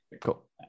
Cool